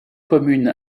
commune